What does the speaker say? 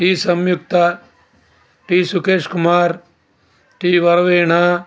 T Samyukta T Sukhesh Kumar T Varaveena